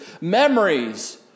memories